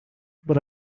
but